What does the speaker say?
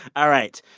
all right.